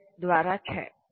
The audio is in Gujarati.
એલ દ્વારા છે